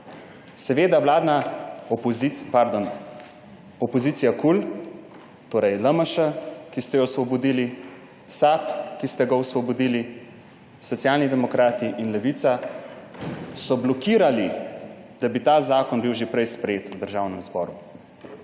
četrti val. Opozicija KUL, torej LMŠ, ki ste jo osvobodili, SAB, ki ste ga osvobodili, Socialni demokrati in Levica, so blokirali, da bi bil ta zakon že prej sprejet v Državnem zboru.